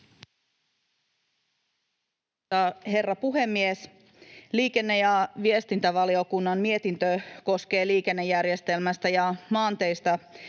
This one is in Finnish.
herra puhemies! Liikenne- ja viestintävaliokunnan mietintö koskee liikennejärjestelmästä ja maanteistä